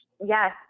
Yes